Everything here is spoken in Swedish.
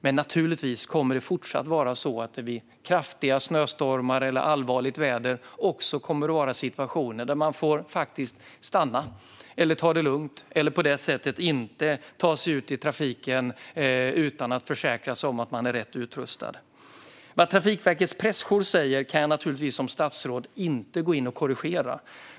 Men naturligtvis kommer det också i framtiden vid kraftiga snöstormar eller allvarligt väder att vara situationer där man får stanna, ta det lugnt och inte ta sig ut i trafiken utan att försäkra sig om att man är rätt utrustad. Vad Trafikverkets pressjour säger kan naturligtvis jag som statsråd inte gå in och korrigera.